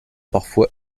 parfois